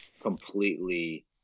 completely